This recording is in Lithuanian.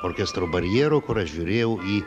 orkestro barjero kur aš žiūrėjau į